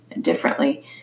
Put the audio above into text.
differently